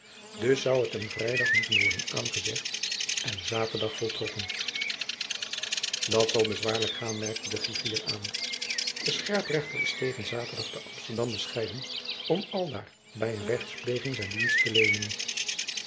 dus zoû het hem vrijdag moeten worden aangezegd en saturdag voltrokken dat zal bezwaarlijk gaan merkte de griffier aan de scherprechter is tegen saturdag te amsterdam bescheiden om aldaar by een rechtspleging zijn dienst te leenen